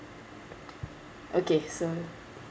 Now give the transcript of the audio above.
okay so